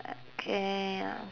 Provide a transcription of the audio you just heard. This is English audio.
okay ah